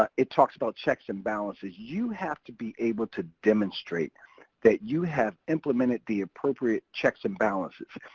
ah it talks about checks and balances. you have to be able to demonstrate that you have implemented the appropriate checks and balances.